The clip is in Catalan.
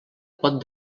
pot